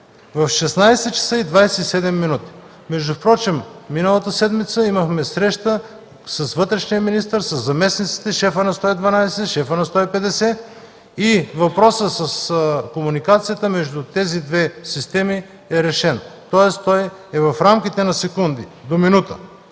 в 16,27 ч. Междувпрочем миналата седмица имахме среща с вътрешния министър, със заместниците и шефа на тел. 112, с шефа на тел. 150 и въпросът с комуникацията между тези две системи е решен. Тоест той е в рамките на секунди до минута.